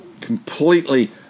completely